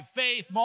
faith